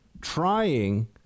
trying